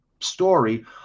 story